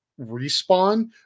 respawn